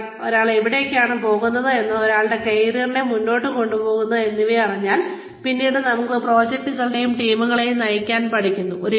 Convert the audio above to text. ഒരിക്കൽ ഒരാൾ എവിടേക്കാണ് പോകുന്നത് എന്താണ് ഒരാളുടെ കരിയറിനെ മുന്നോട്ട് കൊണ്ട് പോകുന്നത് എന്നിവയെക്കുറിച്ച് അറിഞ്ഞാൽ പിന്നീട് നമ്മൾ പ്രോജക്ടുകളെയും ടീമുകളെയും നയിക്കാൻ പഠിക്കുന്നു